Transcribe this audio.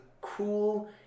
cool